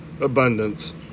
abundance